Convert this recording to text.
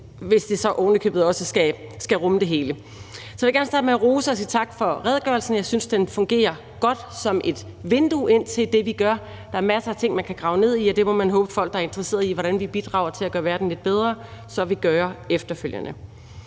hvis den så ovenikøbet også skal rumme det hele. Jeg vil gerne starte med at rose og sige tak for redegørelsen. Jeg synes, den fungerer godt som et vindue ind til det, vi gør. Der er masser af ting, man kan grave ned i, og det må man håbe at folk, der er interesseret i, hvordan vi bidrager til at gøre hverdagen lidt bedre, så vil gøre efterfølgende.